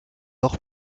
nord